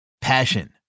Passion